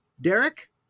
derek